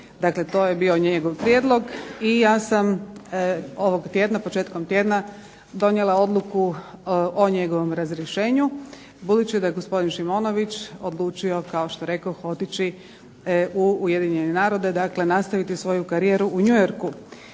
i to je bio njegov prijedlog, i ja sam ovog tjedna, početkom tjedna donijela odluku o njegovom razrješenju, budući da je gospodin Šimonović odlučio otići u Ujedinjene narode, dakle nastaviti svoju karijeru u New Yorku.